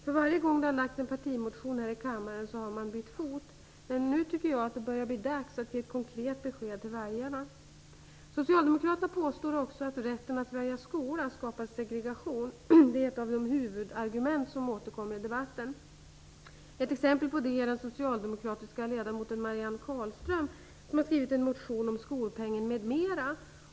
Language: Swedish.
För varje gång man har lagt fram en partimotion här i kammaren har man bytt fot. Nu tycker jag att det börjar bli dags att ge ett konkret besked till väljarna. Socialdemokraterna påstår också att rätten att välja skola skapar segregation. Det är ett av de huvudargument som återkommer i debatten. Ett exempel på det är att den socialdemokratiska ledamoten Marianne Carlström har skrivit en motion om skolpengen m.m.